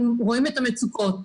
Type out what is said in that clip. הם רואים את המצוקות.